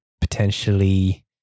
potentially